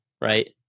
right